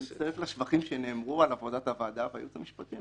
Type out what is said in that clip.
אני מצטרף לשבחים שנאמרו על עבודת הוועדה והייעוץ המשפטי.